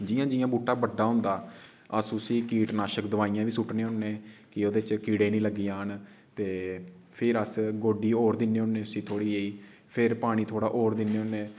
जियां जियां बुह्टा बड्डा होंदा अस उसी कीट नाशक दवाइयां बी सुट्टने होन्ने कि ओह्दे च कीडे़ नेईं लग्गी जान ते फेर अस गोड्ढी होर दिन्ने होन्ने उसी थोह्ड़ी जेही फिर पानी थोह्ड़ा होर दिन्ने होन्ने